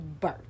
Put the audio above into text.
birth